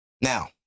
Now